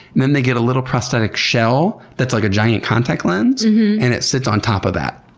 then they get a little prosthetic shell that's like a giant contact lens and it sits on top of that,